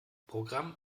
programm